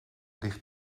ligt